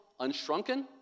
unshrunken